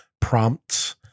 prompts